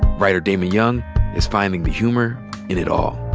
writer damon young is finding the humor in it all.